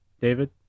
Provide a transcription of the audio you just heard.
David